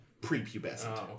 pre-pubescent